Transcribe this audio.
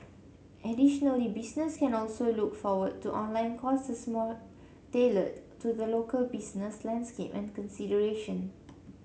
additionally businesses can also look forward to online courses more tailored to the local business landscape and consideration